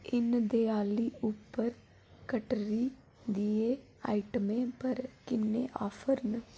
इनें देआली उप्पर कट्टरी दियें आइटमें पर किन्ने ऑफर न